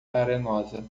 arenosa